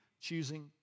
choosing